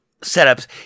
setups